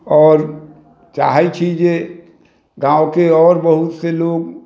आओर चाहे छी जे गाँवके आओर बहुतसँ लोक